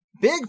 big